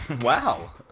Wow